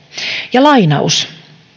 ja lainaus